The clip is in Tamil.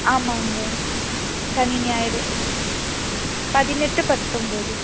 ஆமாங்க சனி ஞாயிறு பதினெட்டு பத்தொம்பது